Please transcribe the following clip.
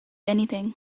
anything